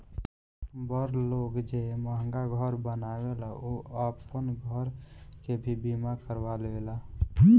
बड़ लोग जे महंगा घर बनावेला उ आपन घर के भी बीमा करवा लेवेला